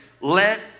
let